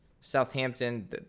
Southampton